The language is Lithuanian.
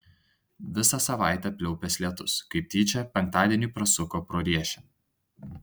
visą savaitę pliaupęs lietus kaip tyčia penktadienį prasuko pro riešę